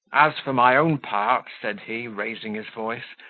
as for my own part, said he, raising his voice,